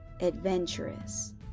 adventurous